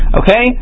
okay